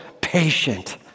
patient